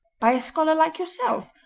by a scholar like yourself,